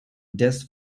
des